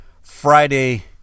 friday